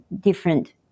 different